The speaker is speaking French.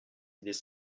idées